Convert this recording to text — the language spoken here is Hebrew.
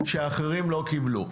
שאחרים לא קיבלו.